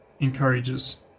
encourages